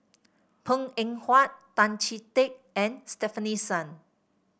Png Eng Huat Tan Chee Teck and Stefanie Sun